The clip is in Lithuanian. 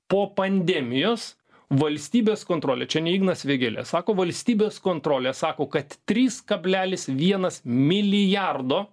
po pandemijos valstybės kontrolė čia ne ignas vėgėlė sako valstybės kontrolė sako kad trys kablelis vienas milijardo